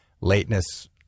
lateness